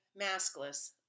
maskless